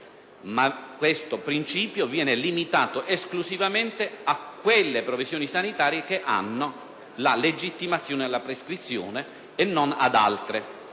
ma questo principio viene limitato esclusivamente a quelle professioni sanitarie che hanno la legittimazione alla prescrizione e non ad altre.